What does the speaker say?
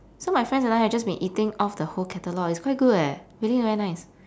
so my friends and I have just been eating off the whole catalogue it's quite good eh really very nice